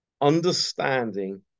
understanding